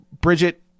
Bridget